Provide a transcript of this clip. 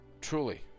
truly